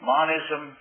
Monism